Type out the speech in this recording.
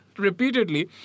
repeatedly